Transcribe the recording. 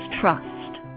Trust